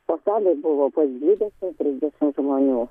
o salėj buvo po dvidešim trisdešimt žmonių